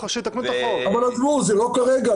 אבל זה לא הדיון כרגע,